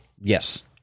yes